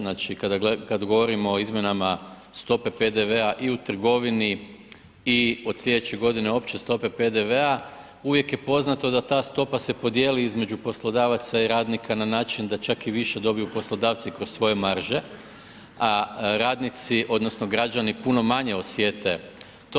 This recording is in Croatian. Znači kada govorimo o izmjenama stope PDV-a i u trgovinu i od slijedeće godine opće stope PDV-a, uvijek je poznato da ta stopa se podijeli između poslodavaca i radnika na način da čak i više dobiju poslodavci kroz svoje marže, a radnici odnosno građani puno manje osjete to.